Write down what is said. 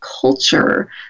culture